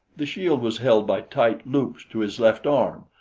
the shield was held by tight loops to his left arm,